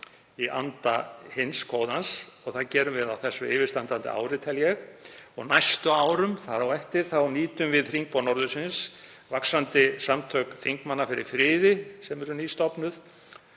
í anda hins kóðans. Það gerum við á þessu yfirstandandi ári, tel ég, og næstu árum þar á eftir. Þá nýtum við Hringborð norðurslóða, vaxandi samtök þingmanna fyrir friði, sem eru nýstofnuð,